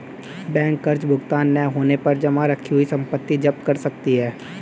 bank कर्ज भुगतान न होने पर जमा रखी हुई संपत्ति जप्त कर सकती है